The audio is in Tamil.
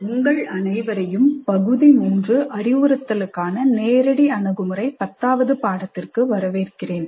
உங்கள் அனைவரையும் பகுதி 3 அறிவுறுத்தலுக்கான நேரடி அணுகுமுறை பத்தாவது அலகிற்கு வரவேற்கிறேன்